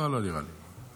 לא, לא נראה לי.